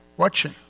watching